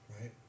Right